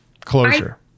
closure